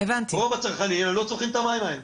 רוב הצרכנים הם לא צורכים את המים האלה,